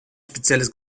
spezielles